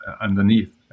underneath